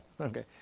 Okay